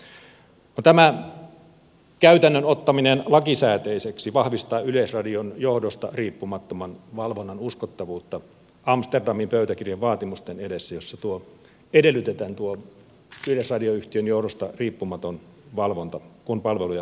tämän käytännön ottaminen lakisääteiseksi vahvistaa yleisradion johdosta riippumattoman valvonnan uskottavuutta amsterdamin pöytäkirjan vaatimusten edessä joissa edellytetään tuo yleisradioyhtiön johdosta riippumaton valvonta kun palveluja laajennetaan